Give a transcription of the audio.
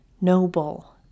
noble